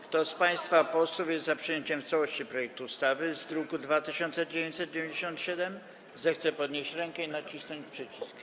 Kto z państwa posłów jest za przyjęciem w całości projektu ustawy z druku nr 2997, zechce podnieść rękę i nacisnąć przycisk.